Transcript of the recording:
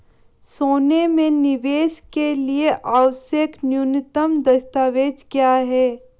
सोने में निवेश के लिए आवश्यक न्यूनतम दस्तावेज़ क्या हैं?